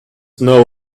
know